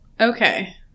Okay